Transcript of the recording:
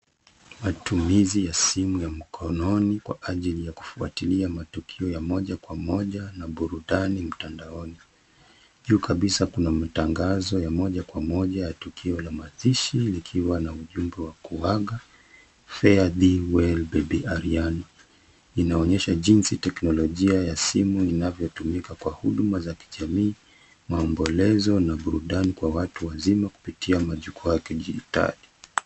Matumizi ya simu ya mkononi kwa ajili ya kufuatilia matukio ya moja kwa moja na burudani mtandaoni ,juu kabisa kuna matangazo ya moja kwa moja tukio la mazishi likiwa na ujumbe wa kuanga'' fare thee well baby Ariana'' inaonyesha jinsi teknolojia ya simu inavyotumika kwa huduma za kijamii maombolezo na burudani kwa watu wazima kupitia majukwaa ya kijamii.